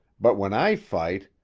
but when i fight,